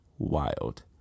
wild